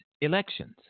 elections